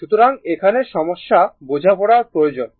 সুতরাং এখানে সামান্য বোঝাপড়া প্রয়োজন